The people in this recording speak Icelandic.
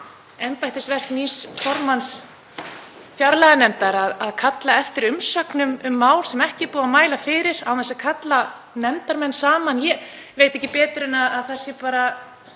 embættisverk nýs formanns fjárlaganefndar að kalla eftir umsögnum um mál sem ekki er búið að mæla fyrir, án þess að kalla nefndarmenn saman? Ég veit ekki betur en að það